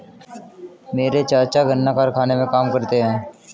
मेरे चाचा गन्ना कारखाने में काम करते हैं